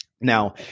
Now